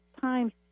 times